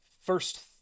First